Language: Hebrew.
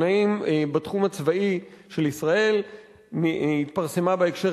והעיתונאים בתחום הצבאי של ישראל התפרסמה בהקשר